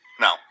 No